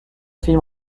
film